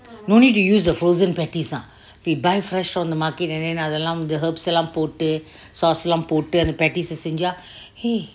no need to use a frozen bites uh we buy fresh from market and then அதெல்லாம்:atellam um herbs lah போட்டு:pottu sauce lah போட்டு அந்த:pottu anta bites ah செஞ்ச:senja